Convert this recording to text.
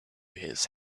his